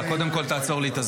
אבל זאת חוות דעת חדשה.